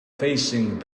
facing